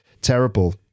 terrible